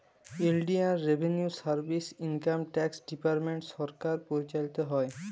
ইলডিয়াল revenue service, income tax department সরকার পরিচালিত হ্যয়